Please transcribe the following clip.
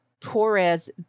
Torres